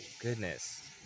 goodness